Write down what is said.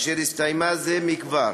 אשר הסתיימה זה מכבר.